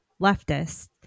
leftist